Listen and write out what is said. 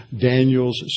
Daniel's